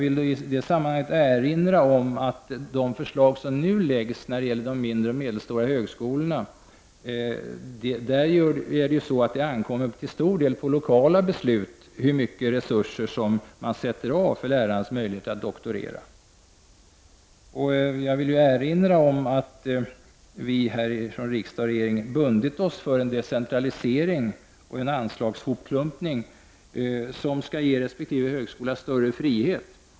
Beträffande de förslag som nu läggs fram när det gäller de mindre och medelstora högskolorna vill jag erinra om att det till stor del är de lokala besluten som bestämmer omfattningen av de resurser som avsätts för lärares möj ligheter att doktorera. Vidare vill jag erinra om att riksdagen och regeringen har bundit sig för en decentralisering och en anslagshopklumpning som skall ge resp. högskola större frihet.